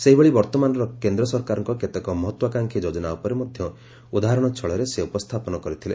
ସେହିଭଳି ବର୍ଭମାନର କେନ୍ଦ୍ର ସରକାରଙ୍କ କେତେକ ମହତ୍ତାକାଂଷୀ ଯୋକନା ଉପରେ ମଧ୍ୟ ଉଦାହରଣ ଛଳରେ ସେ ଉପସ୍ରାପନ କରିଥବଲେ